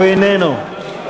הוא איננו.